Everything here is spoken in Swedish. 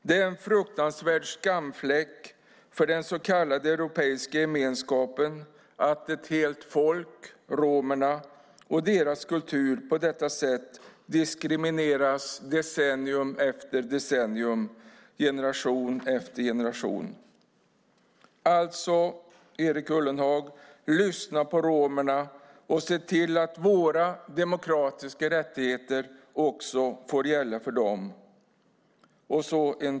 Det är en fruktansvärd skamfläck för den så kallade europeiska gemenskapen att ett helt folk, romerna, och dess kultur diskrimineras på detta sätt decennium efter decennium, generation efter generation. Erik Ullenhag, lyssna på romerna och se till att våra demokratiska rättigheter också gäller för dem!